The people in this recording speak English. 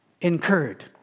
incurred